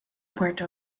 puerto